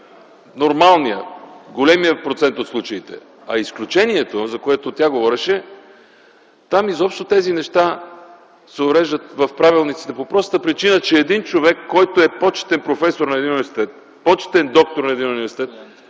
нормалният в големия процент от случаите. А изключението, за което тя говореше, там изобщо тези неща се уреждат в правилниците по простата причина, че един човек, който е почетен професор на един университет, почетен доктор на един университет,